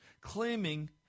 claiming